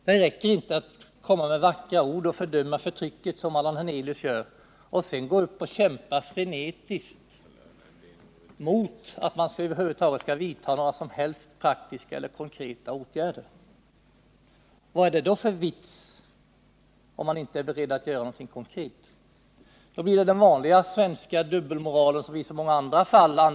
Det räcker inte, som Allan Hernelius gör, att med vackra ord fördöma förtrycket men sedan gå upp och frenetiskt kämpa mot att man över huvud taget skall vidta några som helst praktiska eller konkreta åtgärder. Vad är det för vits med de vackra orden, om man inte är beredd att göra någonting konkret? Då uppstår den vanliga svenska dubbelmoralen, som i så många andra fall.